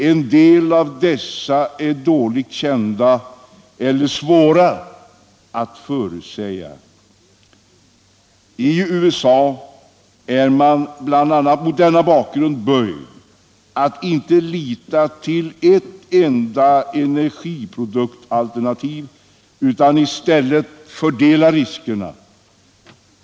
En del av dessa är dåligt kända eller svåra att förutsäga. I USA är man, bl.a. mot denna bakgrund, böjd att inte lita till ett enda energiprodukt alternativ utan i stället fördela riskerna.